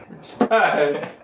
Surprise